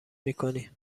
میکنی